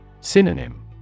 Synonym